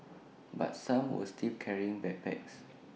but some were still carrying backpacks